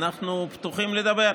אנחנו פתוחים לדבר.